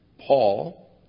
Paul